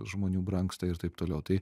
žmonių brangsta ir taip toliau tai